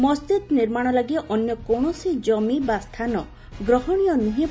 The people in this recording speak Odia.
ମସ୍ଜିଦ୍ ନିର୍ମାଣ ଲାଗି ଅନ୍ୟ କୌଣସି ଜମି ବା ସ୍ଥାନ ଗ୍ରହଣୀୟ ନୁହେଁ